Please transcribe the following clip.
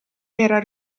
era